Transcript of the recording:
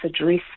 address